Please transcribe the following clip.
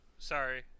Sorry